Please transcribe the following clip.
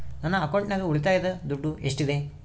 ನನ್ನ ಅಕೌಂಟಿನಾಗ ಉಳಿತಾಯದ ದುಡ್ಡು ಎಷ್ಟಿದೆ?